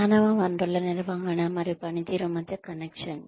మానవ వనరుల నిర్వహణ మరియు పనితీరు మధ్య కనెక్షన్